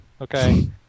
okay